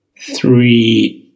three